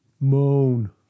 moan